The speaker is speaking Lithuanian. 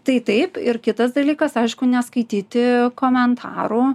tai taip ir kitas dalykas aišku neskaityti komentarų